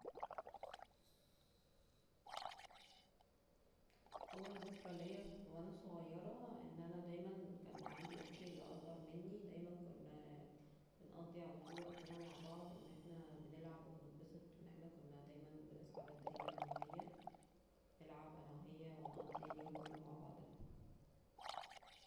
اول ذكرى ليا وانا صغيرة أن أنا دائما كان عندي اختي اللي اصغر مني دايما كنا بنقضي علطول وقتنا مع بعض وأن احنا بنلعب وبنتبسط وان احنا كنا دايما بنصحى بدري أنا وهي نلعب أنا وهي ونقضي اليوم كله مع بعضنا